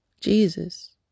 Jesus